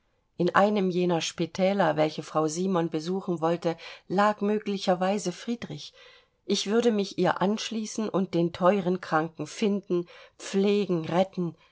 in einem jener spitäler welche frau simon besuchen wollte lag möglicherweise friedrich ich würde mich ihr anschließen und den teuren kranken finden pflegen retten